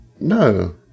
No